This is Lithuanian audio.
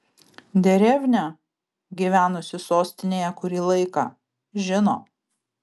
derevnia gyvenusi sostinėje kurį laiką žino